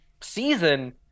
season